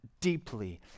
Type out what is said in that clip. deeply